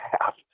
half